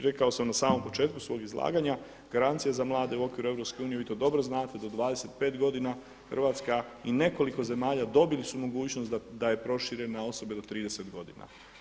Rekao sam na početku svog izlaganja, garancija za mlade u okviru Europske unije vi to dobro znate do 25 godina Hrvatska i nekoliko zemalja dobili su mogućnost da je prošire na osobe do 30 godina.